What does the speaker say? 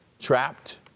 trapped